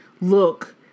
look